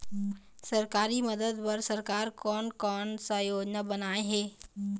सरकारी मदद बर सरकार कोन कौन सा योजना बनाए हे?